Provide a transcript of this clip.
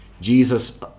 Jesus